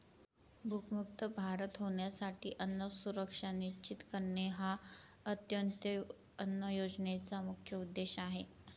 भूकमुक्त भारत होण्यासाठी अन्न सुरक्षा सुनिश्चित करणे हा अंत्योदय अन्न योजनेचा मुख्य उद्देश आहे